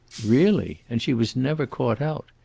really! and she was never caught out!